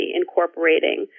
incorporating